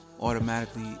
automatically